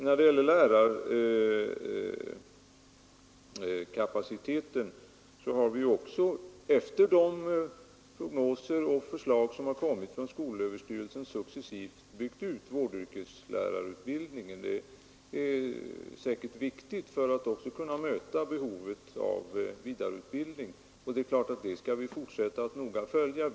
När det gäller lärarkapaciteten har vi också, efter de prognoser och förslag som har lagts fram från skolöverstyrelsen, successivt byggt ut vårdyrkeslärarutbildningen. Det är säkert viktigt för att också kunna möta behovet av vidareutbildning, och det är klart att vi skall fortsätta att noga följa dessa frågor.